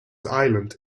island